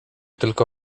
tylko